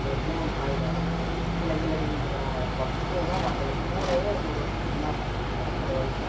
இல்லை எப்படியும் ஒன்று ஆகிடும் கீழே கீழே விழுந்துடும் அதைப் பக்குவமா பார்த்துல கூடயே இருந்து ஒரு வருடம் ஃபுல்லாக பார்க்குணும் நடக்கிற வரைக்கும்